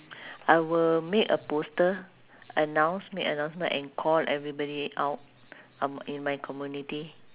I will make a poster and announce make announcement and call everybody out um in my community